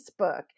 Facebook